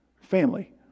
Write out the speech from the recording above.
Family